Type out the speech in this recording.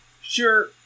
Sure